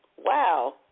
Wow